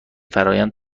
فرایند